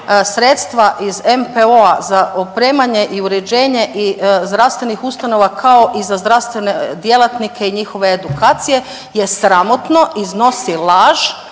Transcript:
sredstva iz NPO-a za opremanje i uređenje i zdravstvenih ustanova kao i za zdravstvene djelatnike i njihove edukacije je sramotno, iznosi laž